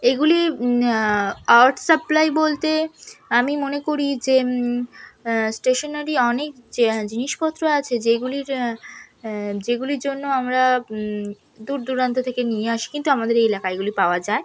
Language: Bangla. এগুলি আউট সাপ্লাই বলতে আমি মনে করি যে স্টেশনারি অনেক যা জিনিসপত্র আছে যেগুলির যেগুলির জন্য আমরা দূর দূরান্ত থেকে নিয়ে আসি কিন্তু আমাদের এই এলাকায় এগুলি পাওয়া যায়